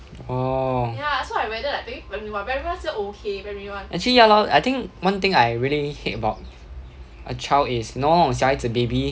orh actually ya lor one thing I really hate about a child is you know 那种小孩子 baby